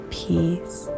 peace